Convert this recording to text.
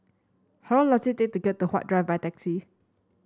how long does it take to get to Huat Drive by taxi